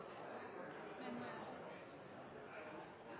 behandle NorthConnect-kabelen. Er det nå